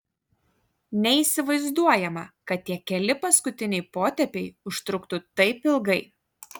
neįsivaizduojama kad tie keli paskutiniai potėpiai užtruktų taip ilgai